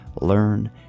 learn